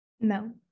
No